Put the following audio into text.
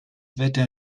wetter